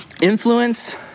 Influence